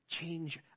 change